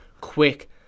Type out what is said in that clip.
quick